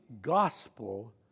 gospel